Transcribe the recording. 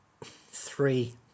three